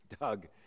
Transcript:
Doug